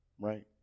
Right